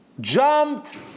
jumped